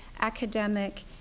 academic